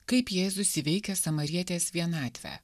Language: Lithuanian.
kaip jėzus įveikia samarietės vienatvę